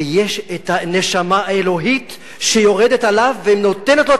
ויש הנשמה האלוהית שיורדת עליו ונותנת לו את